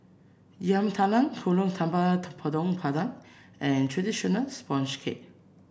Yam Talam Kuih Talam Tepong Pandan and traditional sponge cake